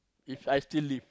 If I still live